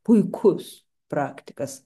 puikus praktikas